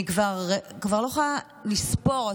אני כבר לא יכולה לספור.